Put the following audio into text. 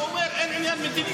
והוא אומר שאין עניין מדיני.